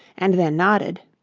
and then nodded.